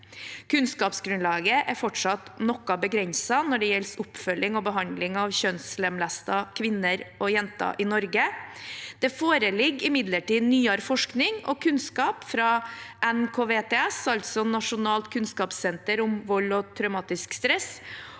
Kunnskapsgrunnlaget er fortsatt noe begrenset når det gjelder oppfølging og behandling av kjønnslemlestede kvinner og jenter i Norge. Det foreligger imidlertid nyere forskning og kunnskap fra NKVTS, altså Nasjonalt kunnskapssen